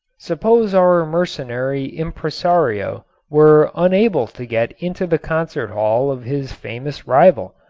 suppose our mercenary impresario were unable to get into the concert hall of his famous rival.